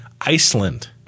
Iceland